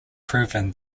proven